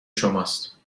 شماست